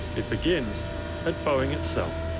it begins at boeing itself.